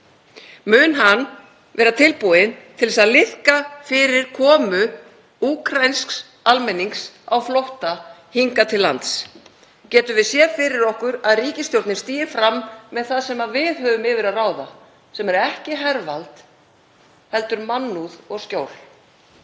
Mun hann vera tilbúinn til þess að liðka fyrir komu úkraínsks almennings á flótta hingað til lands? Getum við séð fyrir okkur að ríkisstjórnin stígi fram með það sem við höfum yfir að ráða, sem er ekki hervald heldur mannúð og skjól?